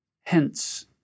Hence